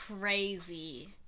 crazy